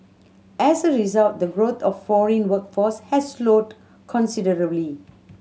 as a result the growth of foreign workforce has slowed considerably